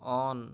on